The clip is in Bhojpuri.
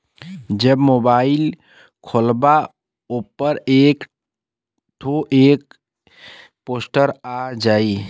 जब मोबाइल खोल्बा ओपर एक एक ठो पोस्टर आ जाई